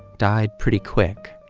died pretty quick.